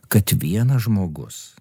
kad vienas žmogus